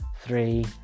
three